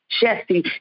Jesse